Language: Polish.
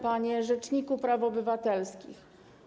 Panie Rzeczniku Praw Obywatelskich!